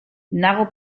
nago